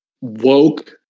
woke